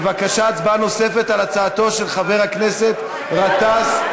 בבקשה, הצבעה נוספת על הצעתו של חבר הכנסת גטאס.